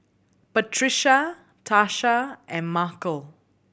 Patricia Tarsha and Markell